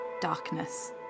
darkness